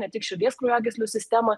ne tik širdies kraujagyslių sistemą